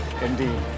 indeed